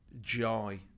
joy